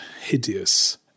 hideous